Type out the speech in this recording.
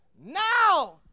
Now